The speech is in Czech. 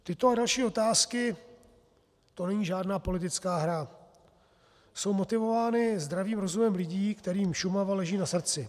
Tyto a další otázky, to není žádná politická hra, jsou motivovány zdravým rozumem lidí, kterým Šumava leží na srdci.